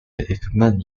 equipment